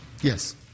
Yes